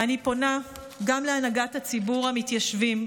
אני פונה גם להנהגת הציבור המתיישבים,